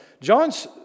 John's